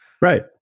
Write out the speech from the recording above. Right